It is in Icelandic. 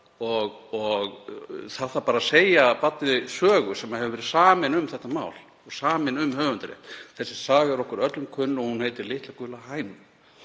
og það þarf bara að segja barni sögu sem hefur verið samin um þetta mál og samin um höfundarétt. Sú saga er okkur öllum kunn og heitir Litla gula hænan.